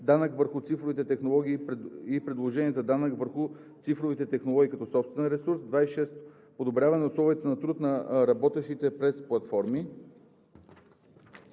Данък върху цифровите технологии и предложение за данък върху цифровите технологии като собствен ресурс. 26. Подобряване на условията на труд на работещите през платформи.